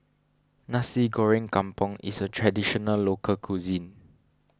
Nasi Goreng Kampung is a Traditional Local Cuisine